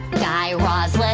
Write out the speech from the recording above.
guy raz, let